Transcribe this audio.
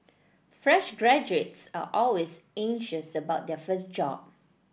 fresh graduates are always anxious about their first job